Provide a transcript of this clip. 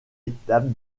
étape